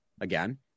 again